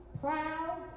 proud